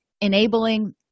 enabling